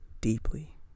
deeply